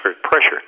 pressure